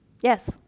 Yes